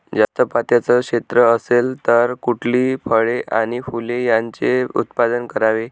जास्त पात्याचं क्षेत्र असेल तर कुठली फळे आणि फूले यांचे उत्पादन करावे?